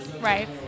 Right